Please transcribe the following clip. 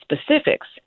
specifics